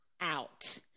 out